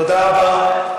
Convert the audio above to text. תודה רבה.